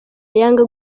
yanga